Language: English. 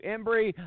Embry